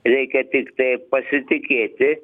reikia tiktai pasitikėti